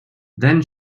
then